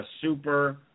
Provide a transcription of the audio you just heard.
super